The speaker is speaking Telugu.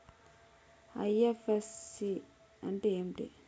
ఐ.ఎఫ్.ఎస్.సి అంటే ఏమిటి?